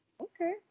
Okay